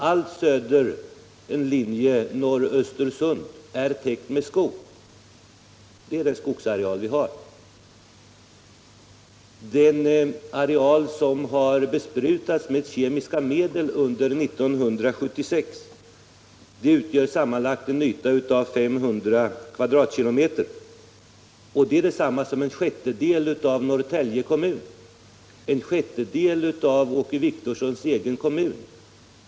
Allting söder om denna linje är täckt med skog, och det är den skogsareal vi har. Den areal som under 1976 har besprutats med kemiska medel utgör en sammanlagd yta av 500 km? eller en sjättedel av Åke Wictorssons egen kommun, Norrtälje kommun.